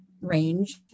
range